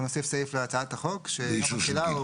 אנחנו נוסיף סעיף להצעת החוק שיום התחילה הוא